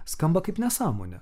skamba kaip nesąmonė